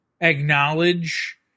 acknowledge